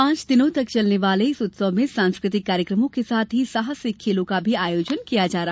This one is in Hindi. पांच दिनों कल चलने वाले इस उत्सव में सांस्कृतिक कार्यक्रमों के साथ ही साहसिक खेलों का भी आयोजन होगा